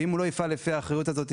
אם הוא לא יפעל לפי האחריות הזו,